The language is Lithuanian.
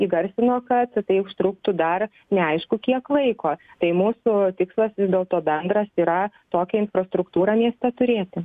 įgarsino kad tai užtruktų dar neaišku kiek laiko tai mūsų tikslas dėl to bendras yra tokią infrastruktūrą mieste turėti